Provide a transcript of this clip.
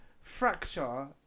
fracture